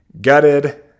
gutted